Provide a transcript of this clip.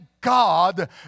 God